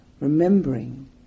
Remembering